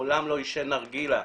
מעולם לא עישן נרגילה,